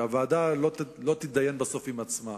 הוועדה לא תתדיין בסוף עם עצמה,